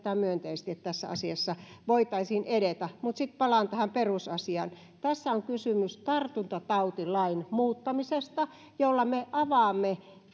myönteisesti siihen että tässä asiassa voitaisiin edetä sitten palaan tähän perusasiaan tässä on kysymys tartuntatautilain muuttamisesta jolla me avaamme